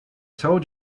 told